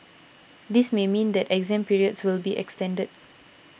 this may mean that exam periods will be extended